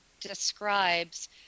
describes